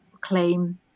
claim